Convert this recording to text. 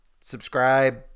Subscribe